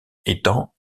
étant